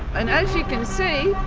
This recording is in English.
and as you can see,